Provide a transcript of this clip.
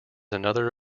another